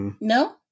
No